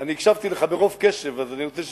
אני הקשבתי לך ברוב קשב, אז אני רוצה,